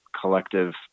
collective